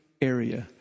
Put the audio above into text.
area